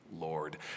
Lord